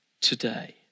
Today